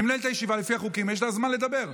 אני מנהל את הישיבה לפי החוקים, ויש לה זמן לדבר.